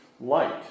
light